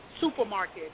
supermarket